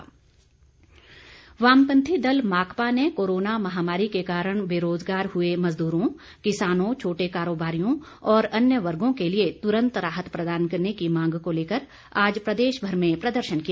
CPM वामपंथी दल माकपा ने कोरोना महामारी के कारण बेरोजगार हुए मजदूरों किसानों छोटे कारोबारियों और अन्य वर्गों के लिए तुरन्त राहत प्रदान करने की मांग को लेकर आज प्रदेश भर में प्रदर्शन किया